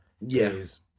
yes